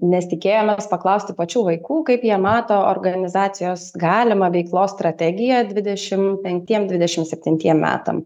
nes tikėjomės paklausti pačių vaikų kaip jie mato organizacijos galimą veiklos strategiją dvidešim penktiem dvidešim septintiem metam